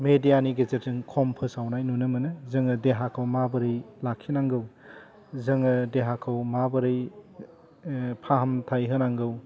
मेदियानि गेजेरजों खम फोसावनाय नुनो मोनो जोङो देहाखौ माबोरै लाखिनांगौ जोङो देहाखौ माबोरै फाहामथाय होनांगौ